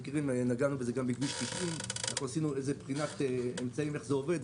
נגענו בזה גם בכביש 90. עשינו בחינת אמצעים איך זה עובד,